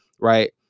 right